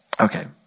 Okay